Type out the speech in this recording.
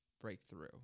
breakthrough